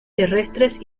terrestres